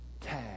Tag